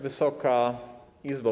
Wysoka Izbo!